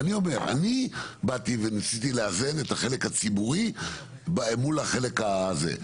אני ניסיתי לאזן את החלק הציבורי מול החלק הזה.